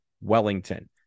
Wellington